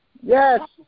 Yes